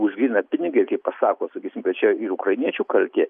už gryną pinigą ir kai pasako sakysim kad čia ir ukrainiečių kaltė